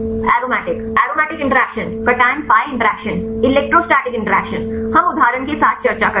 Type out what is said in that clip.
aromatic aromatic interaction cation pi interaction electrostatic interaction हम उदाहरण के साथ चर्चा करते हैं